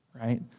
right